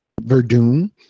Verdun